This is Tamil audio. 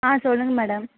ஆ சொல்லுங்க மேடம்